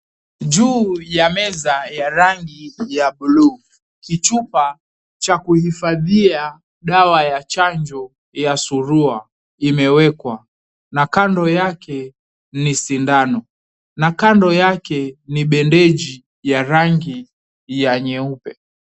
Juu ya meza ya rangi ya buluu, kichupa cha kuhifadhia dawa ya chanjo ya surua imewekwa, na kando yake ni sindano, na klando yake ni bendeji ya rangi ya nyeupe.